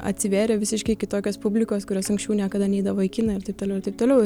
atsivėrė visiškai kitokios publikos kurios anksčiau niekada neidavo į kiną ir taip toliau ir taip toliau